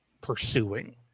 pursuing